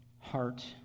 heart